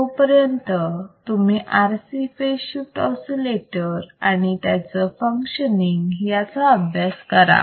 तोपर्यंत तुम्ही RC phase shift oscillator आणि त्याचं फंक्शनिंग याचा अभ्यास करा